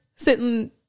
Sitting